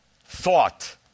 thought